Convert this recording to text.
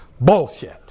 Bullshit